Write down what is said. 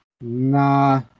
Nah